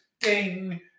ding